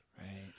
Right